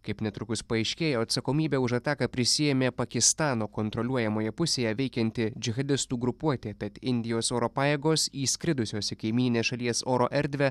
kaip netrukus paaiškėjo atsakomybę už ataką prisiėmė pakistano kontroliuojamoje pusėje veikianti džihadistų grupuotė tad indijos oro pajėgos įskridusios į kaimyninės šalies oro erdvę